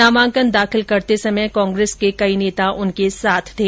नामांकन दाखिल करते समय कांग्रेस के कई नेता उनके साथ थे